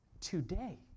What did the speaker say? today